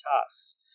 tasks